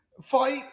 fight